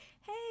hey